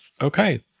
okay